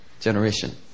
generation